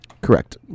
correct